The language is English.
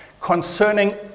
concerning